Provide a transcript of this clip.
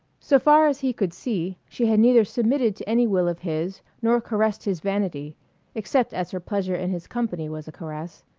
so far as he could see, she had neither submitted to any will of his nor caressed his vanity except as her pleasure in his company was a caress.